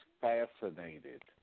fascinated